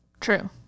True